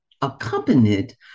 accompanied